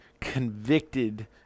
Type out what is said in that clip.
convicted